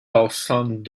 awesome